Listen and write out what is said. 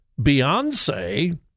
Beyonce